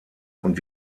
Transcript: und